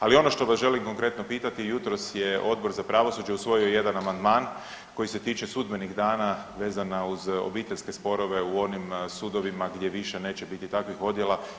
Ali ono što vas želim konkretno pitati, jutros je Odbor za pravosuđe usvojio jedan amandman koji se tiče sudbenih dana vezana uz obiteljske sporove u onim sudovima gdje više neće biti takvih odjela.